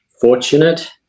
fortunate